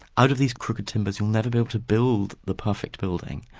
out of these crooked timbers you'll never be able to build the perfect building,